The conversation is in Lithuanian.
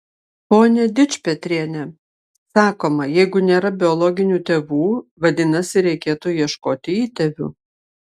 pone dičpetriene sakoma jeigu nėra biologinių tėvų vadinasi reikėtų ieškoti įtėvių